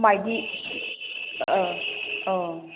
माइदि ओह ओह